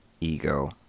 ego